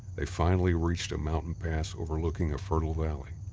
they finally reached a mountain pass overlooking a fertile valley.